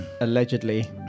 allegedly